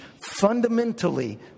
fundamentally